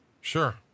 Sure